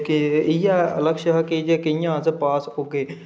के इ'यै लक्ष्य हा के जे कि'यां अस पास होगे